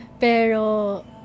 Pero